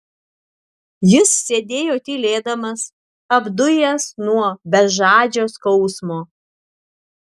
jis sėdėjo tylėdamas apdujęs nuo bežadžio skausmo